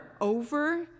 over